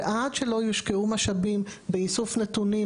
ועד שלא יושקעו משאבים באיסוף נתונים